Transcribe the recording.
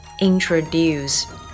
Introduce